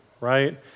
right